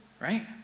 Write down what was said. Right